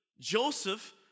Joseph